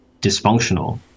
dysfunctional